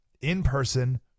in-person